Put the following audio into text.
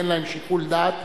אין להם שיקול דעת,